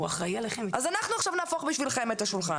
אז אנחנו עכשיו נהפוך בשבילכם את השולחן.